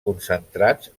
concentrats